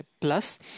Plus